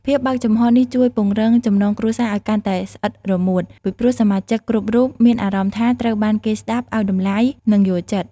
ភាពបើកចំហរនេះជួយ ពង្រឹងចំណងគ្រួសារឲ្យកាន់តែស្អិតរមួត ពីព្រោះសមាជិកគ្រប់រូបមានអារម្មណ៍ថាត្រូវបានគេស្ដាប់ ឲ្យតម្លៃ និងយល់ចិត្ត។